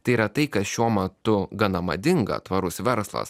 tai yra tai kas šiuo metu gana madinga tvarus verslas